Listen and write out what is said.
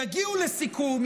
יגיעו לסיכום,